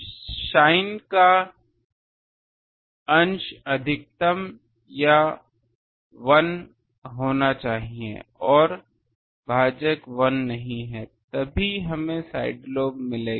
sin का अंश अधिकतम या 1 होना चाहिए और भाजक 1 नहीं है तभी हमें साइड लोब मिलेगा